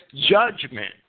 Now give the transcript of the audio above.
judgment